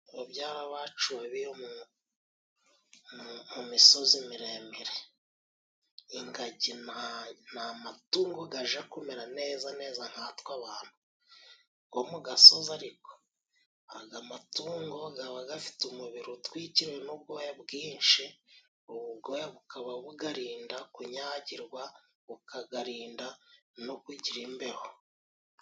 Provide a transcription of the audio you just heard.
Babyara bacu baba iyo mu misozi miremire, Ingagi ni amatungo gaja kumera neza neza nkatwe abantu bo mu gasozi ariko. Aga amatungo gaba gafite umubiri utwikiriwe n'ubwoya bwinshi .Ubu bwoya bukaba bugarinda kunyagirwa, bukagarinda no kugira imbeho.